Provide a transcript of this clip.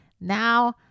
Now